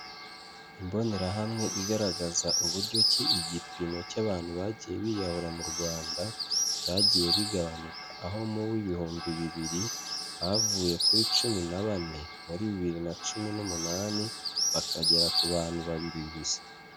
Imbonerahamwe igaragaza uburyo ki igipimo cy'abantu bagiye biyahura mu Rwanda, byagiye bigabanuka aho mu w'ibihumbi bibiri bavuye kuri cumi na bane, muri bibiri na cumi n'umunani bakagera ku bantu babiri gusa.